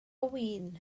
win